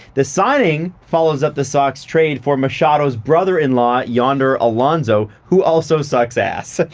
the signing follows up the sox trade for machado's brother-in-law yonder alonso, who also sucks ass.